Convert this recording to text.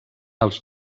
els